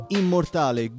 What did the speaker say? immortale